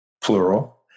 plural